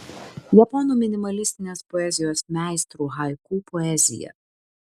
japonų minimalistinės poezijos meistrų haiku poezija